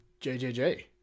JJJ